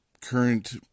current